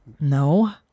No